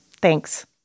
Thanks